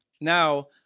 Now